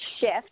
shift